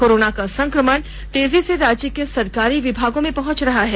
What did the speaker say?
corona का संक्रमण तेजी से राज्य के सरकारी विभागों में पहुंच रहा है